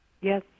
yes